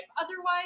otherwise